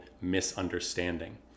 misunderstanding